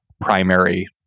primary